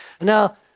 Now